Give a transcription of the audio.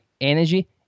energy